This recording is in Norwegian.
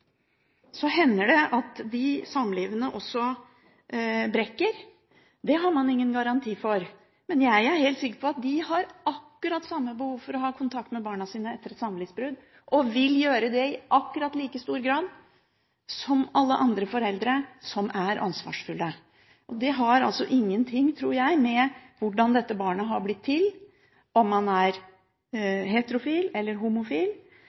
hender det at de samlivene også brekker – det har man ingen garanti for. Men jeg er helt sikker på at de har akkurat samme behov for å ha kontakt med barna sine etter et samlivsbrudd og vil gjøre det i akkurat like stor grad som alle andre foreldre som er ansvarsfulle. Det har altså ingenting – tror jeg – å gjøre med hvordan dette barnet har blitt til, om man er heterofil eller homofil.